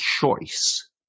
choice